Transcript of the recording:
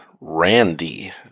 Randy